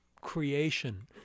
creation